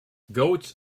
goats